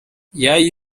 jäi